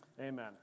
Amen